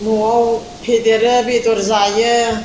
न'आव फेदेरो बेदर जायो